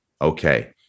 Okay